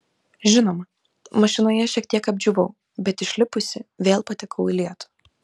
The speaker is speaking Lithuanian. žinoma mašinoje šiek tiek apdžiūvau bet išlipusi vėl patekau į lietų